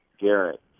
Garrett